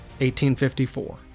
1854